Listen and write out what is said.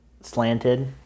slanted